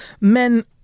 men